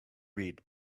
read